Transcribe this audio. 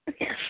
Yes